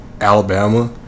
Alabama